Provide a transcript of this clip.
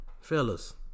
Fellas